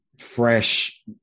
fresh